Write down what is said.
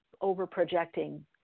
over-projecting